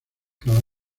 cada